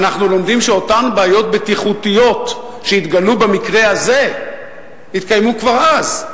ואנחנו לומדים שאותן בעיות בטיחותיות שהתגלו במקרה הזה התקיימו כבר אז,